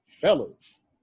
fellas